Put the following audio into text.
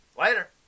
later